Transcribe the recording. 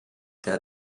der